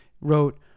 wrote